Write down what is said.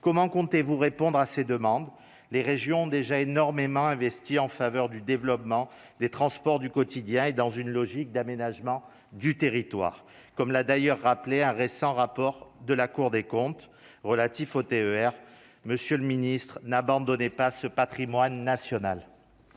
comment comptez-vous répondre à ces demandes, les régions déjà énormément investi en faveur du développement des transports du quotidien et dans une logique d'aménagement du territoire, comme l'a d'ailleurs rappelé un récent rapport de la Cour des comptes relatifs aux TER, monsieur le Ministre n'abandonnait pas ce Patrimoine national.